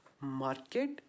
market